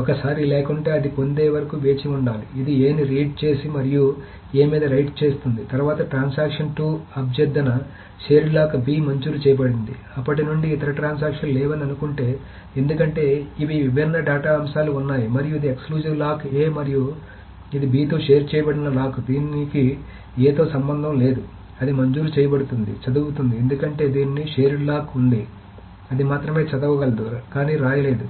ఒకసారి లేకుంటే అది పొందే వరకు వేచి ఉండాలి ఇది a ని రీడ్ చేసి మరియు a మీద రైట్ చేస్తుంది తర్వాత ట్రాన్సాక్షన్ 2 అభ్యర్థన షేర్డ్ లాక్ b మంజూరు చేయబడింది అప్పటి నుండి ఇతర ట్రాన్సాక్షన్ లు లేవని అనుకుంటే ఎందుకంటే ఇవి విభిన్న డేటా అంశంలో ఉన్నాయి మరియు ఇది ఎక్సక్లూజివ్ లాక్ a మరియు ఇది b తో షేర్ చేయబడిన లాక్ దీనికి a తో సంబంధం లేదు అది మంజూరు చేయబడుతుంది చదువుతుంది ఎందుకంటే దీనికి షేర్డ్ లాక్ ఉంది అది మాత్రమే చదవగలదు కానీ రాయలేదు